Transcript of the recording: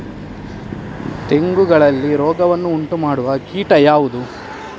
ತೆಂಗುಗಳಲ್ಲಿ ರೋಗವನ್ನು ಉಂಟುಮಾಡುವ ಕೀಟ ಯಾವುದು?